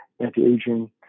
anti-aging